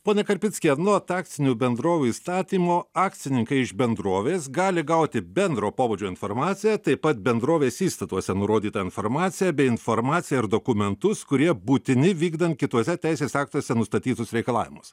pone karpicki anot akcinių bendrovių įstatymo akcininkai iš bendrovės gali gauti bendro pobūdžio informaciją taip pat bendrovės įstatuose nurodytą informaciją bei informaciją ir dokumentus kurie būtini vykdant kituose teisės aktuose nustatytus reikalavimus